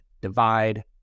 divide